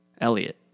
Elliot